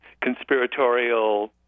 conspiratorial